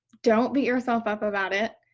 don't beat yourself up about it.